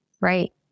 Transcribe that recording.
Right